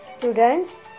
Students